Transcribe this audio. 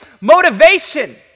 motivation